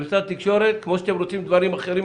במשרד התקשורת וכמו שאתם רוצים לעשות דברים אחרים,